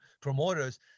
promoters